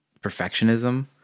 Perfectionism